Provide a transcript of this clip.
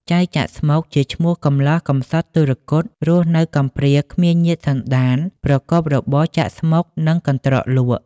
ចៅ ចាក់ស្មុគ ជាឈ្មោះកំលោះកំសត់ទុគ៌ត រស់នៅកំព្រាគ្មានញាតិសន្តាន ប្រកបរបរ ចាក់ស្មុគនិងកន្ត្រកលក់។